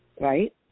Right